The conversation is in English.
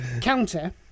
counter